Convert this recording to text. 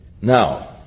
Now